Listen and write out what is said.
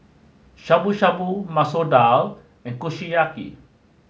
Shabu shabu Masoor Dal and Kushiyaki